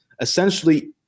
Essentially